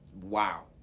wow